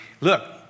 Look